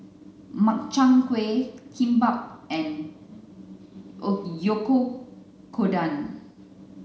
Makchang gui Kimbap and